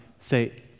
say